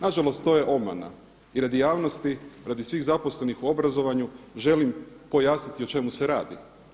Nažalost to je obmana i radi javnosti, radi svih zaposlenih u obrazovanju želim pojasniti o čemu se radi.